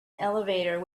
elevator